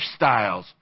lifestyles